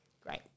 Great